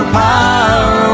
power